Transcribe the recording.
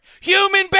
Human